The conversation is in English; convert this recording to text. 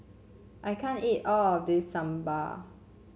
I can't eat all of this Sambar